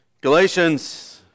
Galatians